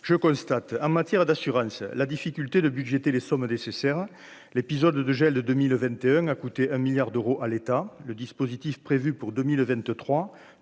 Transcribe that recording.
je constate en matière d'assurance, la difficulté de budgéter les sommes nécessaires, l'épisode de gel de 2021 a coûté un milliard d'euros à l'État, le dispositif prévu pour 2023